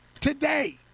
Today